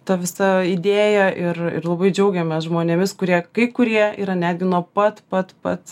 ta visa idėja ir ir labai džiaugiamės žmonėmis kurie kai kurie yra netgi nuo pat pat pat